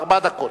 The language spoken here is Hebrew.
ארבע דקות.